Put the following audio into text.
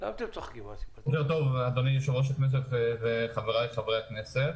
טוב אדוני יושב ראש הוועדה וחברי הכנסת.